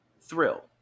Thrill